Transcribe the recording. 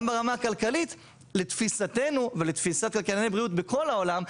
גם ברמה הכלכלית לתפיסתנו ולתפיסת כלכלני בריאות בכל העולם,